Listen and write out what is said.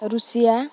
Russia